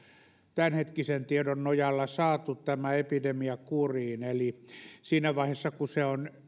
hetkisen tiedon nojalla saatu tämä epidemia kuriin eli siinä vaiheessa kun